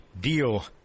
deal